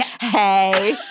Hey